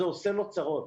זה עושה לו צרות,